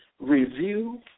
review